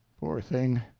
poor thing,